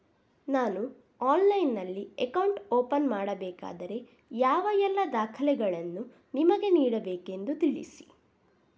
ನಾನು ಆನ್ಲೈನ್ನಲ್ಲಿ account open ಮಾಡಬೇಕಾದರೆ ಯಾವ ಎಲ್ಲ ದಾಖಲೆಗಳನ್ನು ನಿಮಗೆ ನೀಡಬೇಕೆಂದು ತಿಳಿಸಿ?